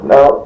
Now